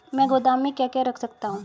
मैं गोदाम में क्या क्या रख सकता हूँ?